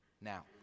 now